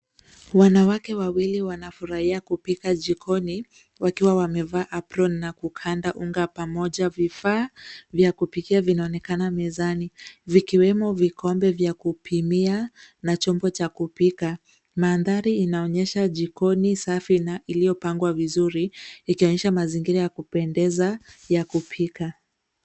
Wanawake wawili wanafurahia kupika jikoni wakiwa wamevaa [apron] na kukanda uga pamoja. Vifaa vya kupikia vianaonekana mezani vikiwemo vikombe vya kupimia na chombo cha kupika. Mandhari ianonyesha jikoni safi na iliyopagwa vizuri ikionyesha mazingira ya kupendeza ya kupika.